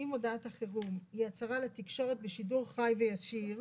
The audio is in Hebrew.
"(6)אם הודעת החירום היא הצהרה לתקשורת בשידור חי וישיר"